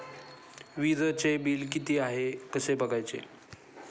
वीजचे बिल किती आहे कसे बघायचे?